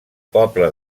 poble